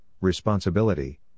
responsibility